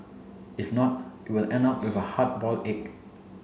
if not you will end up with a hard boiled egg